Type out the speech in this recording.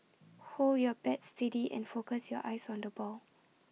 hold your bat steady and focus your eyes on the ball